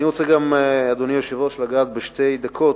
אדוני היושב-ראש, אני רוצה גם לגעת, בשתי דקות,